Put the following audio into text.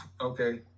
okay